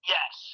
Yes